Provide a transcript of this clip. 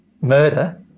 murder